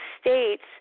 states